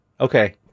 Okay